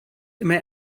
immer